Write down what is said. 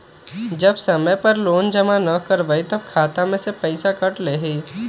जब समय पर लोन जमा न करवई तब खाता में से पईसा काट लेहई?